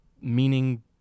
meaning